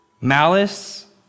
Malice